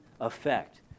effect